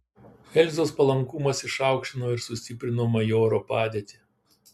elzos palankumas išaukštino ir sustiprino majoro padėtį